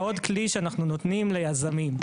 זה עוד כלי שאנחנו נותנים ליזמים.